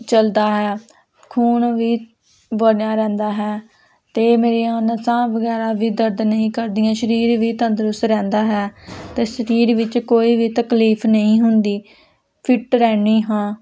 ਚੱਲਦਾ ਹੈ ਖੂਨ ਵੀ ਬਣਿਆ ਰਹਿੰਦਾ ਹੈ ਅਤੇ ਮੇਰੀਆਂ ਨਸਾਂ ਵਗੈਰਾ ਵੀ ਦਰਦ ਨਹੀਂ ਕਰਦੀਆਂ ਸਰੀਰ ਵੀ ਤੰਦਰੁਸਤ ਰਹਿੰਦਾ ਹੈ ਅਤੇ ਸਰੀਰ ਵਿੱਚ ਕੋਈ ਵੀ ਤਕਲੀਫ਼ ਨਹੀਂ ਹੁੰਦੀ ਫਿਟ ਰਹਿੰਦੀ ਹਾਂ